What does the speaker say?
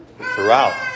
throughout